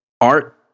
art